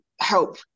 help